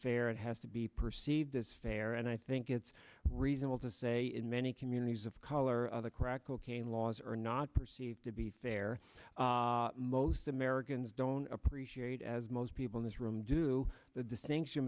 fair and has to be perceived as fair and i think it's reasonable to say in many communities of color of the crack cocaine laws are not perceived to be fair most americans don't appreciate as most people in this room do the distinction